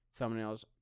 thumbnails